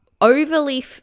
Overly